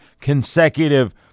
consecutive